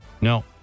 No